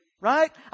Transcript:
right